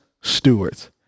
stewards